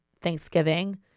Thanksgiving